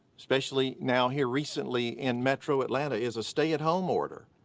especially now here recently in metro atlanta is a stay at home order.